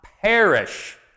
perish